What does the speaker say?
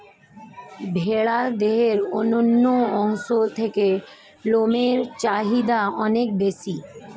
ভেড়ার দেহের অন্যান্য অংশের থেকে লোমের চাহিদা অনেক বেশি